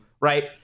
right